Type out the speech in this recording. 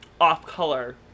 off-color